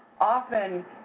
often